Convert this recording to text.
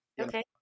Okay